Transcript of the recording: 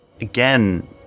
again